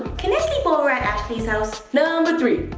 can i sleep over at ashley's house? number three,